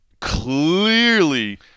clearly